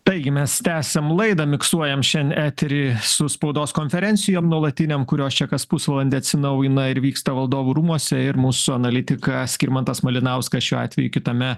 taigi mes tęsiam laidą miksuojam šian eterį su spaudos konferencijom nuolatinėm kurios čia kas pusvalandį atsinaujina ir vyksta valdovų rūmuose ir mūsų analitika skirmantas malinauskas šiuo atveju kitame